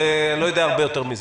אני לא יודע הרבה יותר מזה.